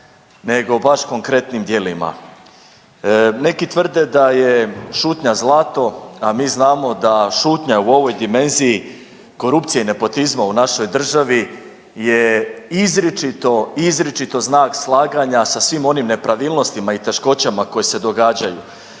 nego baš konkretnim djelima. Neki tvrde da je šutnja zlato, a mi znamo da šutnja u ovoj dimenziji korupcije i nepotizma u našoj državi je izričito, izričito znak slaganja sa svim onim nepravilnostima i teškoćama koje se događaju.